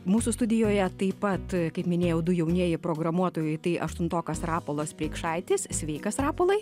mūsų studijoje taip pat kaip minėjau du jaunieji programuotojai tai aštuntokas rapolas preikšaitis sveikas rapolai